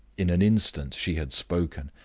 in an instant she had spoken,